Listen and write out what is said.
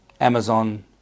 Amazon